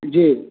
जी